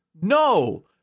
no